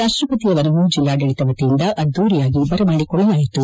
ರಾಷ್ಟಪತಿ ಅವರನ್ನು ಜಿಲ್ಲಾಡಳಿತ ವತಿಯಿಂದ ಅದ್ದೂರಿಯಾಗಿ ಬರಮಾಡಿಕೊಳ್ಳಲಾಯಿತು